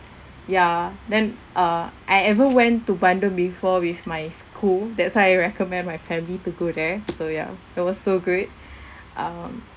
ya then uh I ever went to bandung before with my school that's why I recommend my family to go there so ya it was so good um